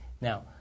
Now